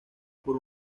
por